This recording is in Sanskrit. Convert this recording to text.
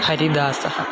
हरिदासः